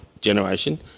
generation